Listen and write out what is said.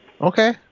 Okay